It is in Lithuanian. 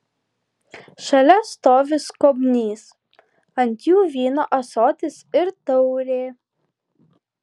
šalia stovi skobnys ant jų vyno ąsotis ir taurė